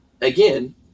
again